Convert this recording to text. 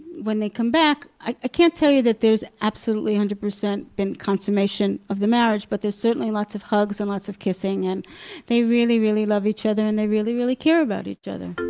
when they come back, i can't tell you that there's absolutely a hundred percent been a consummation of the marriage, but there's certainly lots of hugs and lots of kissing, and they really really love each other and they really really care about each other.